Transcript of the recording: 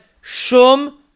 Shum